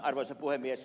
arvoisa puhemies